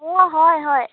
অঁ হয় হয়